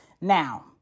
Now